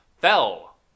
fell